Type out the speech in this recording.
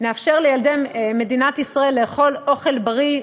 נאפשר לילדי מדינת ישראל לאכול אוכל בריא,